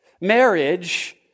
Marriage